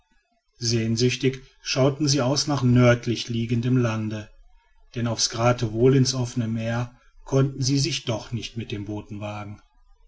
sehnsüchtig schauten sie aus nach nördlich liegendem lande denn auf's geratewohl ins offene meer konnten sie sich doch nicht mit den booten wagen